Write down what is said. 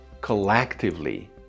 collectively